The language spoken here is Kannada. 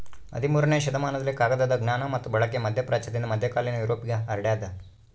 ಹದಿಮೂರನೇ ಶತಮಾನದಲ್ಲಿ ಕಾಗದದ ಜ್ಞಾನ ಮತ್ತು ಬಳಕೆ ಮಧ್ಯಪ್ರಾಚ್ಯದಿಂದ ಮಧ್ಯಕಾಲೀನ ಯುರೋಪ್ಗೆ ಹರಡ್ಯಾದ